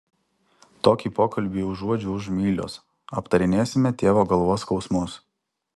tokį pokalbį užuodžiu už mylios aptarinėsime tėvo galvos skausmus